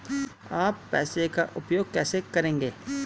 आप पैसे का उपयोग कैसे करेंगे?